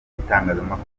n’itangazamakuru